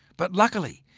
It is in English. but luckily,